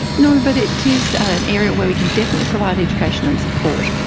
no, but it is an area where we can definitely provide education and support,